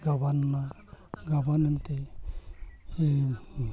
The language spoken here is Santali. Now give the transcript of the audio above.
ᱜᱟᱵᱟᱱ ᱮᱱᱟ ᱜᱟᱵᱟᱱ ᱮᱱᱛᱮ ᱤᱧᱦᱚᱸ